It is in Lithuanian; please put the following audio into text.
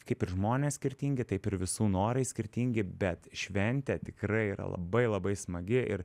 kaip ir žmonės skirtingi taip ir visų norai skirtingi bet šventė tikrai yra labai labai smagi ir